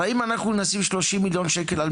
הרי אם אנחנו נשים 30 מיליון שקל על